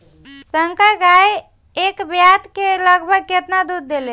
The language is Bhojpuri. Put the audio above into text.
संकर गाय एक ब्यात में लगभग केतना दूध देले?